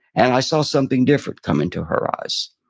and i saw something different come into her eyes.